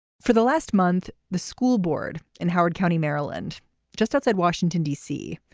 for the last month the school board in howard county maryland just outside washington d c.